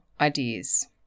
ideas